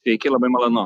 sveiki labai malonu